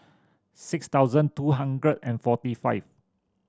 six thousand two hundred and forty five